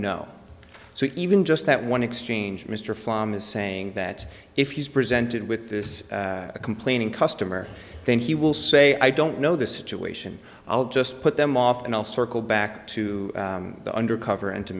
so even just that one exchange mr flamm is saying that if he's presented with this complaining customer then he will say i don't know the situation i'll just put them off and i'll circle back to the undercover and to